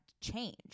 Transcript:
change